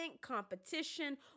competition